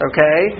Okay